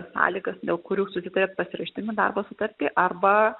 sąlygas dėl kurių susitariat pasirašydami darbo sutartį arba